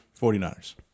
49ers